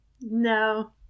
No